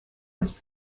was